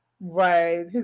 Right